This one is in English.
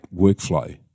workflow